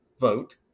vote